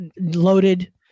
loaded